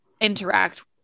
interact